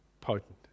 potent